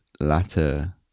latter